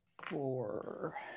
Four